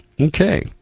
Okay